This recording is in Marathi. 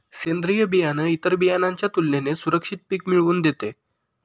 सेंद्रीय बियाणं इतर बियाणांच्या तुलनेने सुरक्षित पिक मिळवून देते